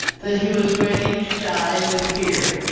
that he was ready to die with fear.